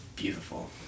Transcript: beautiful